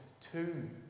two